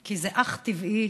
כי זה אך טבעי,